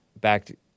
back